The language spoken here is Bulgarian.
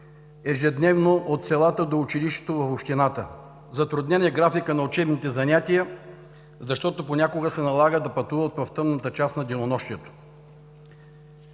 ежедневно от селата до училището на общината. Затруднен е графикът за учебните занятия, защото понякога се налага да пътуват в тъмната част на денонощието.